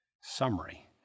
summary